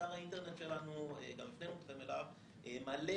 אתר האינטרנט שלנו, שגם הפנינו אתכם אליו, מעלה